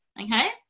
okay